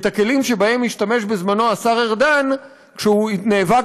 את הכלים שבהם השתמש בזמנו השר ארדן כשהוא נאבק